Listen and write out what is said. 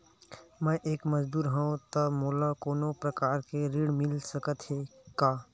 मैं एक मजदूर हंव त मोला कोनो प्रकार के ऋण मिल सकत हे का?